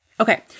Okay